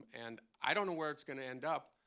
and i don't know where it's going to end up,